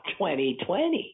2020